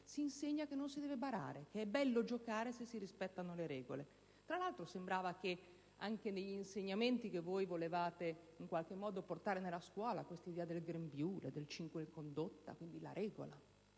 si insegna che non si deve barare, che è bello giocare se si rispettano le regole. Tra l'altro, sembrava che anche negli insegnamenti che volevate portare nella scuola (l'idea del grembiule, del 5 in condotta) vi fosse la